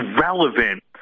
relevant